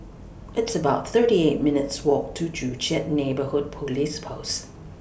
It's about thirty eight minutes' Walk to Joo Chiat Neighbourhood Police Post